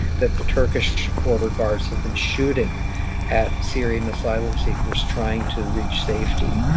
that the turkish border guards have been shooting at syrian asylum seekers trying to reach safety,